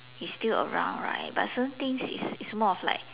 he's still around right but certain things is is more of like